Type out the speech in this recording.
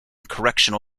correctional